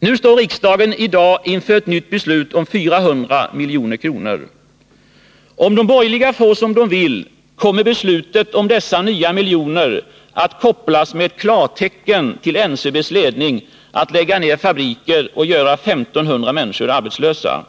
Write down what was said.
Nu står riksdagen inför ett nytt beslut, om 400 milj.kr. Om de borgerliga får som de vill, kommer beslutet om dessa nya miljoner att kopplas med ett klartecken till NCB:s ledning att lägga ner fabriker och göra 1500 människor arbetslösa.